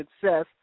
Success